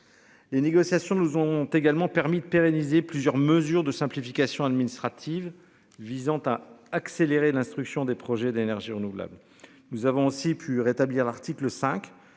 Les négociations nous ont également permis de pérenniser plusieurs mesures de simplification administrative visant à accélérer l'instruction des projets d'énergies renouvelables. Nous avons aussi pu rétablir l'article 5